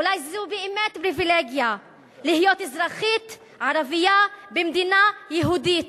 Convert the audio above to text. אולי זו באמת פריווילגיה להיות אזרחית ערבייה במדינה יהודית.